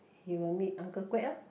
he will meet Uncle Quek orh